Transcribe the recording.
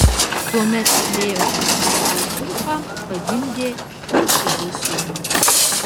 tuomet lėjos tarnaitė zilpa pagimdė jokūbui sūnų